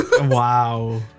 Wow